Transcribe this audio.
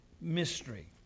mystery